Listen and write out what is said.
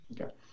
okay